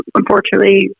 unfortunately